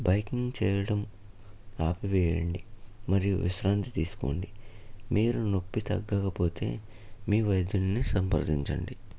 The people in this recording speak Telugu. బైకింగ్ చేయడం ఆపివేయండి మరియు విశ్రాంతి తీసుకోండి మీరు నొప్పి తగ్గకపోతే మీ వైద్యుడిని సంప్రదించండి